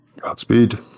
godspeed